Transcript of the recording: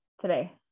today